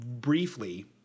briefly